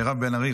מירב בן ארי,